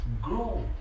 Grow